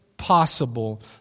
possible